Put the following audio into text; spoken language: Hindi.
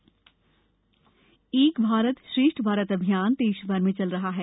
एक भारत श्रेष्ठ भारत एक भारत श्रेष्ठ भारत अभियान देश भर में चल रहा है